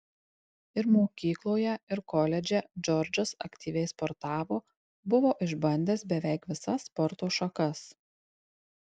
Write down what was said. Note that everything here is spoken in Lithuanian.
ir mokykloje ir koledže džordžas aktyviai sportavo buvo išbandęs beveik visas sporto šakas